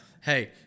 hey